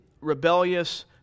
rebellious